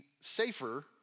safer